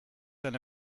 than